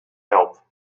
help